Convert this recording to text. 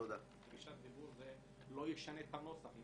בקשת דיבור זה לא ישנה את הנוסח.